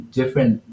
different